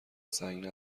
سنگ